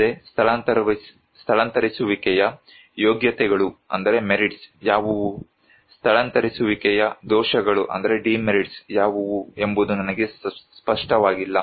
ಅಲ್ಲದೆ ಸ್ಥಳಾಂತರಿಸುವಿಕೆಯ ಯೋಗ್ಯತೆಗಳು ಯಾವುವು ಸ್ಥಳಾಂತರಿಸುವಿಕೆಯ ದೋಷಗಳು ಯಾವುವು ಎಂಬುದು ನನಗೆ ಸ್ಪಷ್ಟವಾಗಿಲ್ಲ